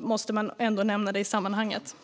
måste man ändå nämna dem i sammanhanget.